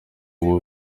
uba